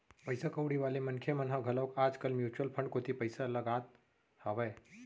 पइसा कउड़ी वाले मनखे मन ह घलोक आज कल म्युचुअल फंड कोती पइसा लगात हावय